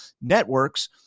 networks